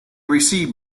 receive